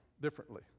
differently